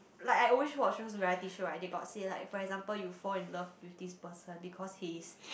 like I always watch shows variety right they got say like for example you fall in love with this person because he is